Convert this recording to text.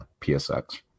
PSX